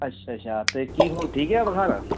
ਅੱਛਾ ਅੱਛਾ ਅਤੇ ਕੀ ਹੁਣ ਠੀਕ ਹੈ ਬੁਖਾਰ